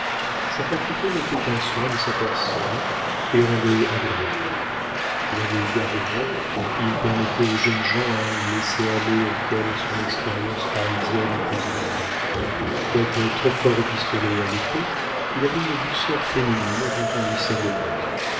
sa fatuité n'était qu'un soin de sa personne qui le rendait agréable il avait égard au rang il permettait aux jeunes gens un laisser-aller auquel son expérience parisienne posait des bornes quoique très-fort au pistolet et à l'épée il avait une douceur féminine dont on lui savait gré